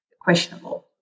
questionable